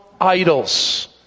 idols